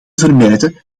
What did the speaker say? vermijden